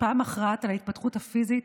השפעה מכרעת על ההתפתחות הפיזית,